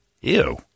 Ew